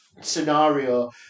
scenario